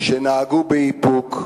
שנהגו באיפוק,